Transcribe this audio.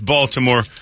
Baltimore